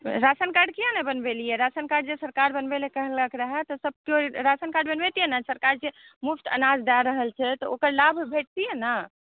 ration card किए नहि बनवेलियै राशन कार्ड जे सरकार बनवै लए कहलक रहै तऽ सभ केओ राशन कार्ड बनबैतियै ने सरकार जे मुफ्त अनाज दय रहल छै तऽ ओकर लाभ भेटतियै ने